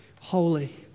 Holy